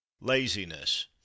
laziness